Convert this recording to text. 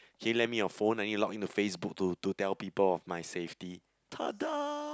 can you lend me your phone I need to login to FaceBook to to tell people of my safety !tada!